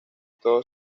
todo